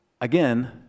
Again